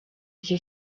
izo